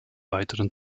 weiteren